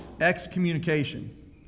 excommunication